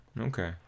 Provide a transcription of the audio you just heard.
Okay